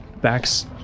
backs